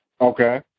Okay